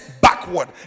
backward